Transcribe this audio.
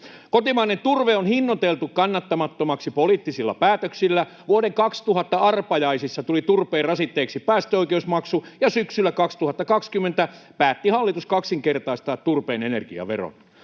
Kotimainen turve on hinnoiteltu kannattamattomaksi poliittisilla päätöksillä. Vuoden 2000 arpajaisissa tuli turpeen rasitteeksi päästöoikeusmaksu, ja syksyllä 2020 päätti hallitus kaksinkertaistaa turpeen energiaveron.